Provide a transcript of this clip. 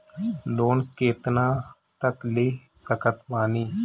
Loan कितना तक ले सकत बानी?